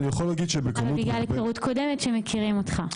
אבל בגלל היכרות קודמת, שמכירים אותך.